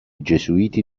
gesuiti